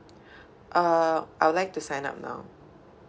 uh I would like to sign up now